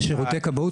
שלום לכולם,